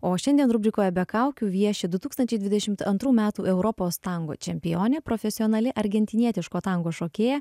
o šiandien rubrikoje be kaukių vieši du tūkstančiai dvidešimt antrų metų europos tango čempionė profesionali argentinietiško tango šokėja